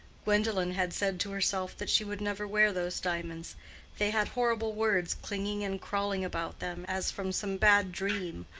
gwendolen had said to herself that she would never wear those diamonds they had horrible words clinging and crawling about them, as from some bad dream,